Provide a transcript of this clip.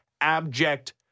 abject